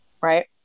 right